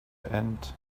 end